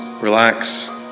relax